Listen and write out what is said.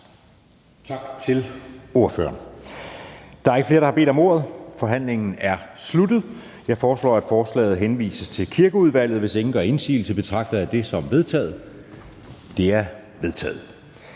Tak til ordføreren. Der er ikke flere, der har bedt om ordet, så forhandlingen er sluttet. Jeg foreslår, at forslaget henvises til Kirkeudvalget. Hvis ingen gør indsigelse, betragter jeg det som vedtaget. Det er vedtaget.